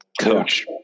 coach